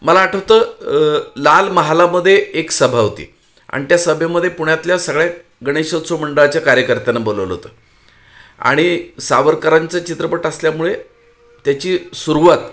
मला आठवतं लाल महालामध्ये एक सभा होती आणि त्या सभेमध्ये पुण्यातल्या सगळ्या गणेशोत्सव मंडळाच्या कार्यकर्त्याना बोलवलं होतं आणि सावरकरांचं चित्रपट असल्यामुळे त्याची सुरुवात